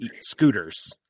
scooters